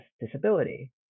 disability